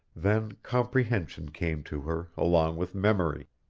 then comprehension came to her along with memory.